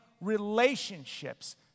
relationships